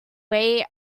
way